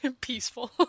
peaceful